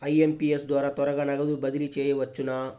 IMPS ద్వారా త్వరగా నగదు బదిలీ చేయవచ్చునా?